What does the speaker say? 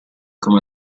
come